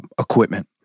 equipment